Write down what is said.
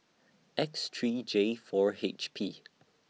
X three J four H P